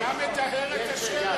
אתה מטהר את השרץ.